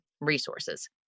resources